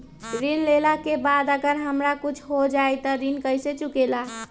ऋण लेला के बाद अगर हमरा कुछ हो जाइ त ऋण कैसे चुकेला?